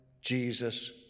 Jesus